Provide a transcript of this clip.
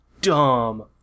dumb